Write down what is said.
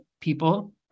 People